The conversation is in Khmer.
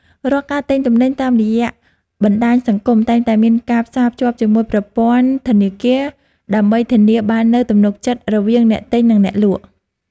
រាល់ការទិញទំនិញតាមរយៈបណ្តាញសង្គមតែងតែមានការផ្សារភ្ជាប់ជាមួយប្រព័ន្ធធនាគារ ដើម្បីធានាបាននូវទំនុកចិត្តរវាងអ្នកទិញនិងអ្នកលក់។